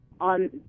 on –